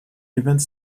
events